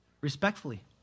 respectfully